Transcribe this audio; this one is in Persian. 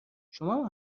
شمام